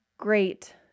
great